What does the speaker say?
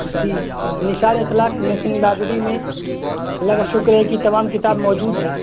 جی Nisar Akhlaq national library میں اللہ کا شکر ہے کہ تمام کتاب موجود ہے